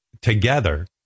together